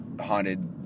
haunted